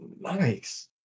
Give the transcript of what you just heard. Nice